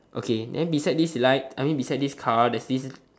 okay then beside this light I mean beside this car there's this